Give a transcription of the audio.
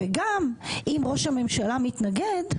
גם אם ראש הממשלה מתנגד,